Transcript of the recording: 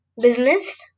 business